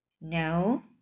No